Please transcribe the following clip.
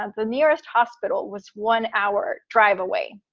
ah the nearest hospital was one hour drive away.